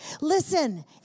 Listen